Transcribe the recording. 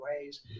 ways